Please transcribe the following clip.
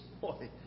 boy